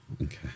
Okay